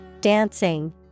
dancing